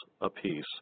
apiece